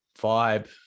vibe